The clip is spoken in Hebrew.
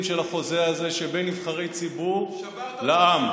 של החוזה הזה שבין נבחרי ציבור לעם.